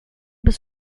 bis